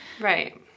Right